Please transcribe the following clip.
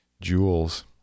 jewels